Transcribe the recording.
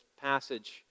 passage